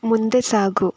ಮುಂದೆ ಸಾಗು